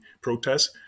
protests